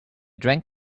drank